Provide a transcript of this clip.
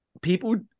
People